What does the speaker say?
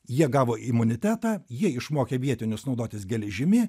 jie gavo imunitetą jie išmokė vietinius naudotis geležimi